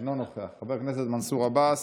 אינו נוכח, חבר הכנסת מנסור עבאס,